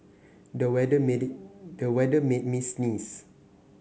the weather made the weather made me sneeze